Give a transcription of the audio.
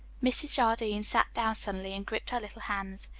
mrs. jardine sat down suddenly and gripped her little hands.